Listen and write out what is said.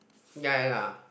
ya ya ya